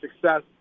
success